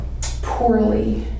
poorly